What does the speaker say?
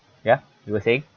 ya you were saying